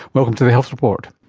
welcome to the health report.